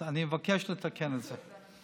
אז אני מבקש לתקן את זה.